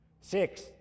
Six